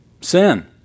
sin